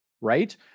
right